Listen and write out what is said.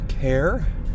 care